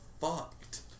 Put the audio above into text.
fucked